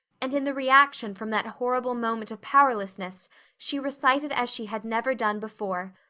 and in the reaction from that horrible moment of powerlessness she recited as she had never done before.